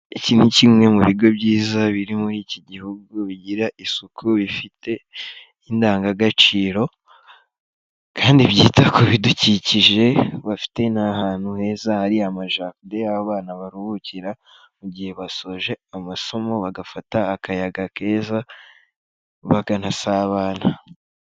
Iki ni kimwe mu bigo byiza biri muri iki gihugu, bigira isuku, bifite indangagaciro, kandi byita ku bidukikije, bafite n'ahantu heza hari amajaride y'abana baruhukira mu gihe basoje amasomo, bagafata akayaga keza bakanasabana.